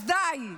אז די.